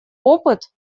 опыт